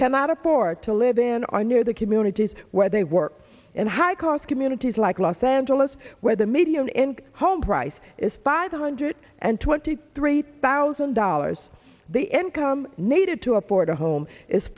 cannot afford to live in are near the communities where they work in high cost communities like los angeles where the median income home price is five hundred and twenty three thousand dollars they encumber needed to afford a home is